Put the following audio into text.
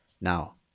now